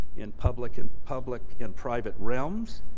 in public in public and private realms,